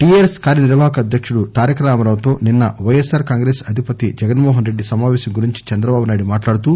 TRS కార్యనిర్వాహక అధ్యకుడు తారక రామారావుతో నిన్స వైఎస్పార్ కాంగ్రెస్ అధిపతి జగన్మోహన్ రెడ్డి సమాపేశం గురించి చంద్రబాబునాయుడు మాట్లాడుతూ